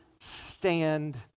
stand